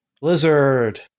Blizzard